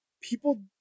people